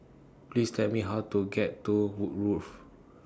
Please Tell Me How to get to Woodgrove